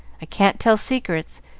i can't tell secrets,